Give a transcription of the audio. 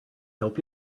help